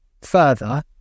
further